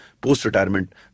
Post-retirement